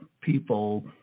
people